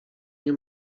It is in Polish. nie